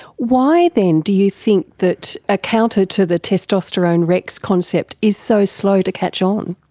why then do you think that a counter to the testosterone rex concept is so slow to catch on?